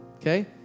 okay